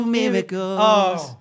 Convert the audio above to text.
miracles